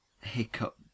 Hiccup